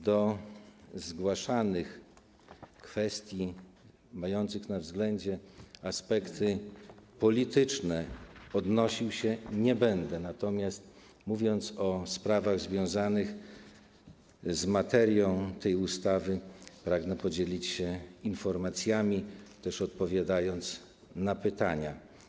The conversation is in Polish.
Do zgłaszanych kwestii mających na względzie aspekty polityczne odnosił się nie będę, natomiast, mówiąc o sprawach związanych z materią tej ustawy, pragnę podzielić się informacjami i odpowiedzieć też na pytania.